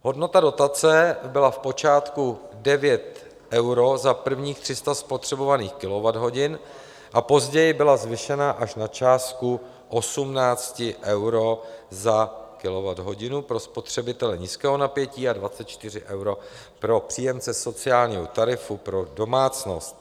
Hodnota dotace byla v počátku 9 eur za prvních 300 spotřebovaných kilowatthodin a později byla zvýšena až na částku 18 eur za kilowatthodinu pro spotřebitele nízkého napětí a 24 eur pro příjemce sociálního tarifu pro domácnost.